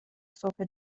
صبح